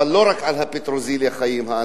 אבל לא רק על הפטרוזיליה חיים האנשים.